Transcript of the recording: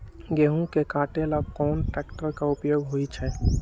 गेंहू के कटे ला कोंन ट्रेक्टर के उपयोग होइ छई?